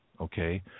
okay